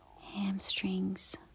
hamstrings